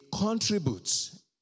contributes